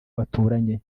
baturanye